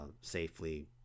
safely